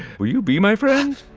will you be my friends?